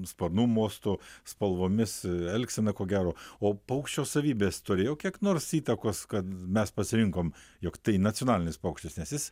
sparnų mostu spalvomis elgsena ko gero o paukščio savybės turėjo kiek nors įtakos kad mes pasirinkom jog tai nacionalinis paukštis nes jis